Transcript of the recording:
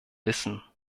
wissen